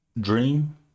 dream